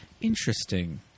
Interesting